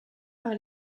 par